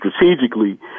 strategically